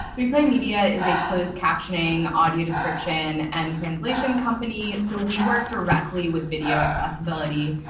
three play media is a closed captioning audio description and translation company. so we work directly with video accessibility.